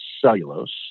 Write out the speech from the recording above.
cellulose